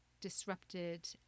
disrupted